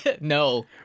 no